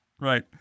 Right